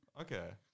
Okay